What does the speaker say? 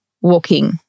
walking